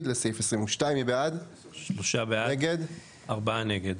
אך תוכל